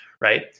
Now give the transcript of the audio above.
right